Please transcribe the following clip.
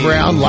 Brown